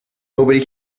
nobody